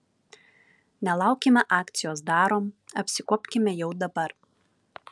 nelaukime akcijos darom apsikuopkime jau dabar